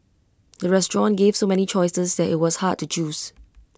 the restaurant gave so many choices that IT was hard to choose